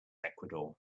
ecuador